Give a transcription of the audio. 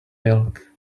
milk